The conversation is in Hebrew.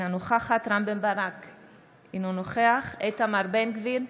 אינה נוכחת רם בן ברק, אינו נוכח איתמר בן גביר,